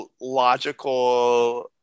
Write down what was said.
logical